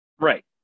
Right